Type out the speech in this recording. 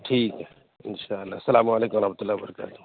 ٹھیک ہے ان شاء اللہ السّلام علیکم ورحمتہ اللہ و برکاتہ